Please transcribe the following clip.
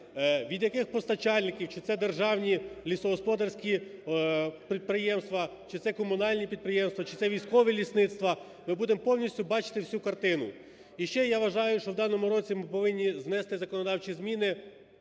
від яких постачальників, чи це державні лісогосподарські підприємства, чи це комунальні підприємства, чи це військові лісництва, ми будемо повністю бачити всю картину. І ще я вважаю, що в даному році ми повинні знести законодавчі зміни